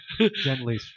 Gently